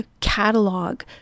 catalog